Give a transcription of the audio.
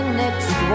next